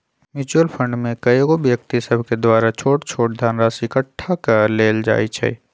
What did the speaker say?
mutual fund में कएगो व्यक्ति सभके द्वारा छोट छोट धनराशि एकठ्ठा क लेल जाइ छइ